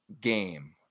game